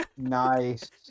nice